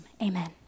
amen